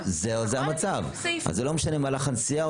זה לא משנה אם זה במהלך הנסיעה,